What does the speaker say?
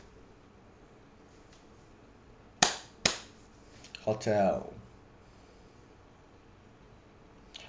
hotel